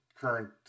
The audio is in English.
Current